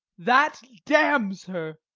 that damns her.